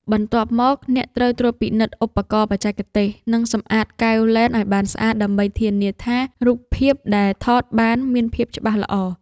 បន្ទាប់មក អ្នកត្រូវត្រួតពិនិត្យឧបករណ៍បច្ចេកទេស និងសម្អាតកែវលែនឱ្យបានស្អាត ដើម្បីធានាថា រូបភាពដែលថតបានមានភាពច្បាស់ល្អ។